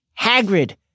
Hagrid